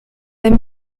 dem